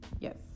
Yes